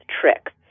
tricks